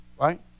Right